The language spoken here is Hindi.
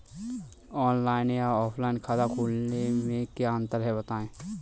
ऑनलाइन या ऑफलाइन खाता खोलने में क्या अंतर है बताएँ?